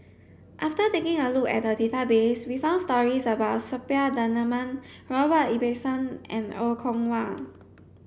after taking a look at the database we found stories about Suppiah Dhanabalan Robert Ibbetson and Er Kwong Wah